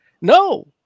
No